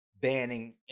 banning